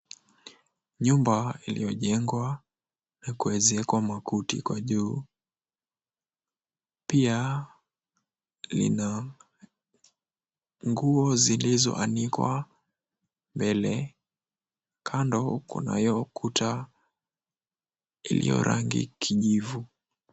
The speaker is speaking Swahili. Nyumba iliyojengwa na kuwekezwa makuti juu, pia Lina nguo zilizonikwa mbele kando kunayo ukuta iliyorangi kijivu.